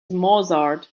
mozart